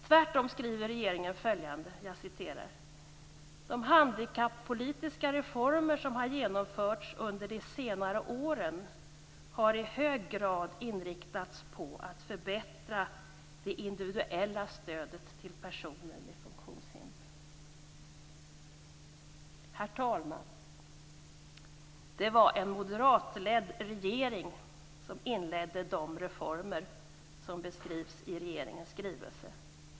Tvärtom skriver regeringen följande: "De handikappolitiska reformer som har genomförts under de senare åren har i hög grad inriktats på att förbättra det individuella stödet till personer med funktionshinder". Herr talman! Det var en moderatledd regering som inledde de reformer som beskrivs i regeringens skrivelse.